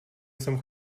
jsem